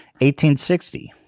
1860